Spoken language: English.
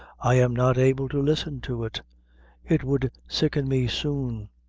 i am not able to listen to it it would sicken me soon.